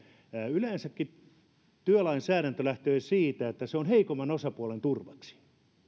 yleensäkin työlainsäädäntö lähtee siitä että se on heikomman osapuolen turvaksi